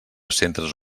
centres